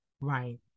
right